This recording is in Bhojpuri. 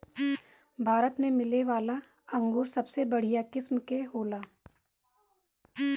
भारत में मिलेवाला अंगूर सबसे बढ़िया किस्म के होला